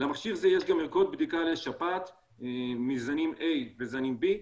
למכשיר זה יש גם ערכות בדיקה לשפעת מזנים A וזנים B,